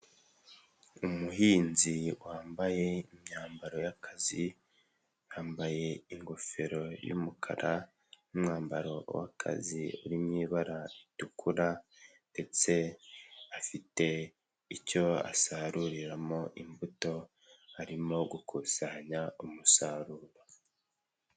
Umuhinzi wambaye imyambaro y'akazi; yambaye ingofero y'umukara n'umwambaro w'akazi, uri mu ibara ritukura ndetse afite icyo asaruriramo imbuto, arimo gukusanya umusaruro.